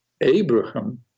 Abraham